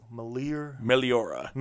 Meliora